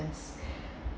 ~ans